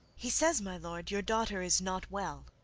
he says, my lord, your daughter is not well.